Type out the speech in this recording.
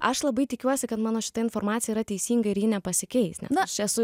aš labai tikiuosi kad mano šita informacija yra teisinga ir ji nepasikeis nes aš esu